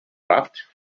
raft